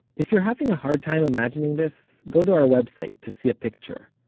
if you're having a hard time imagining this, go to our website to see a picture,